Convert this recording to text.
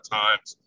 times